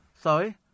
Sorry